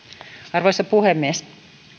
arvoisa puhemies